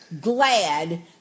glad